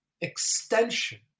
extension